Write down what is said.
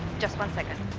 just one second.